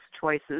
choices